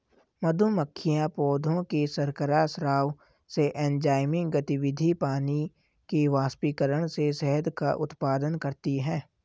मधुमक्खियां पौधों के शर्करा स्राव से, एंजाइमी गतिविधि, पानी के वाष्पीकरण से शहद का उत्पादन करती हैं